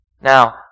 Now